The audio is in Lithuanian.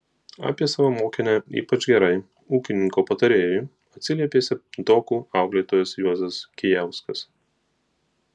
apie savo mokinę ypač gerai ūkininko patarėjui atsiliepė septintokų auklėtojas juozas kijauskas